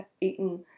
eaten